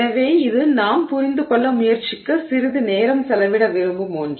எனவே இது நாம் புரிந்துகொள்ள முயற்சிக்க சிறிது நேரம் செலவிட விரும்பும் ஒன்று